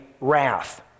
wrath